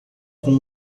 com